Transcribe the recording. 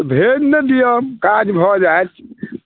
भेज ने दिऔ काज भऽ जाइत